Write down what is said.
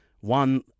one